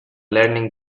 learning